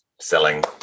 selling